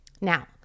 Now